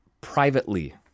privately